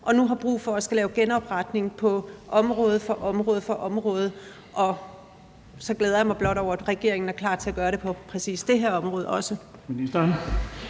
og nu har brug for at skulle lave genopretning område for område? Så glæder jeg mig blot over, at regeringen er klar til at gøre det også på præcis det her område.